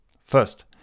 First